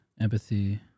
Empathy